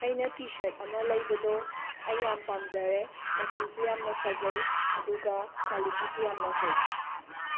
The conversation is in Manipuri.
ꯑꯩꯅ ꯇꯤꯁꯔꯠ ꯑꯃ ꯂꯩꯕꯗꯣ ꯑꯩ ꯌꯥꯝꯅ ꯄꯥꯝꯖꯔꯦ ꯃꯆꯨꯁꯨ ꯌꯥꯝꯅ ꯐꯖꯩ ꯑꯗꯨꯒ ꯀ꯭ꯋꯥꯂꯤꯇꯤꯁꯨ ꯌꯥꯝꯅ ꯐꯩ